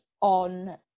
on